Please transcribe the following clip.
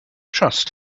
trust